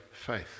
Faith